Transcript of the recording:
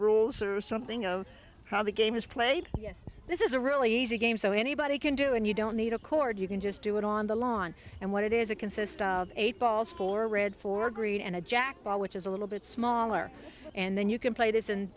rules or something of how the game is played yes this is a really easy game so anybody can do and you don't need a cord you can just do it on the lawn and what it is it consists of eight balls for red for green and a jack ball which is a little bit smaller and then you can play this